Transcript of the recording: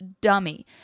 dummy